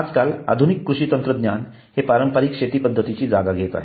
आजकाल आधुनिक कृषी तंत्रज्ञान हे पारंपरिक शेती पद्धतीची जागा घेत आहेत